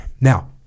Now